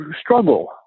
struggle